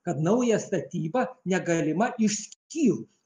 kad nauja statyba negalima išskyrus